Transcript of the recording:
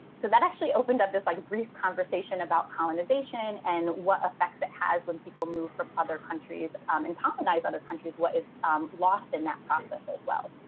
so that actually opened up this like brief conversation about colonization and what effects it has when people move from other countries and colonize other countries. what is lost in that process as well?